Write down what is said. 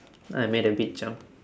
I made a big jump